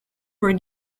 were